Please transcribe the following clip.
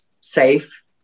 safe